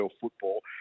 football